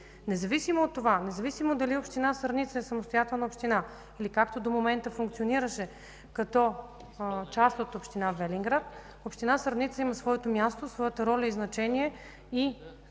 Независимо от това, независимо дали община Сърница е самостоятелна община, или както до момента функционираше като част от община Велинград, община Сърница има своето място, роля и значение не